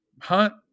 Hunt –